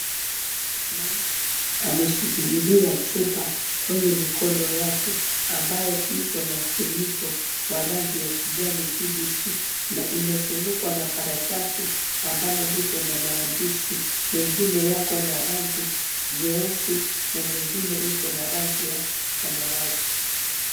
Mwanamke ameshikililia chupa kwenye mikono yake ambayo iko na ufuniko wa rangi ya kijani kibichi na imezungukwa na karatasi ambalo liko na maandishi, mengine yako na rangi nyeusi na nyengine iko na rangi ya samawati.